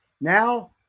Now